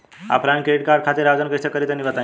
Offline credit card खातिर आवेदन कइसे करि तनि बताई?